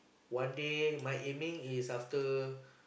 one day my aiming is after